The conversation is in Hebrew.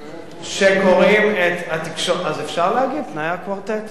כשקורים, אז אפשר להגיד תנאי הקוורטט.